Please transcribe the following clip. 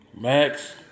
Max